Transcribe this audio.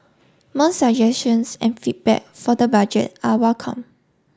more suggestions and feedback for the budget are welcome